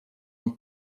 een